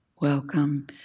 welcome